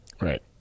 Right